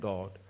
God